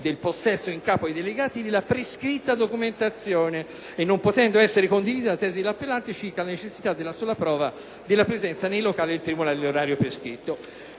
del possesso in capo ai delegati della «prescritta documentazione» e non potendo essere condivisa la tesi dell'appellante circa la necessità della sola prova della presenza nei locali del tribunale all'orario prescritto.